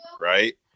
right